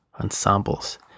ensembles